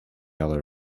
other